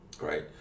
right